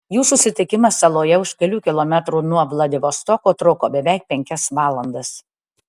jų susitikimas saloje už kelių kilometrų nuo vladivostoko truko beveik penkias valandas